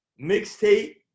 mixtape